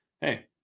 Hey